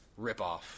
ripoff